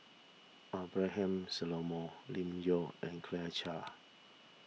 Abraham Solomon Lim Yau and Claire Chiang